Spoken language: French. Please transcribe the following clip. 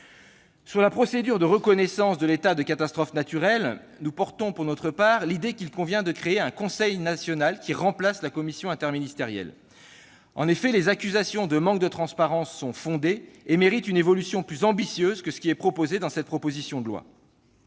Sur la procédure de reconnaissance de l'état de catastrophe naturelle, nous défendons l'idée qu'il convient de créer un conseil national, en remplacement de la commission interministérielle. En effet, les accusations de manque de transparence sont fondées et justifient une évolution plus ambitieuse que celle qui est esquissée dans cette proposition de loi.